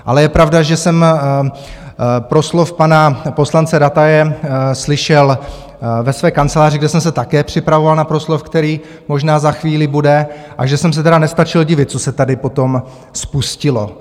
Ale je pravda, že jsem proslov pana poslance Rataje slyšel ve své kanceláři, kde jsem se také připravoval na proslov, který možná za chvíli bude, a že jsem se tedy nestačil divit, co se tady potom spustilo.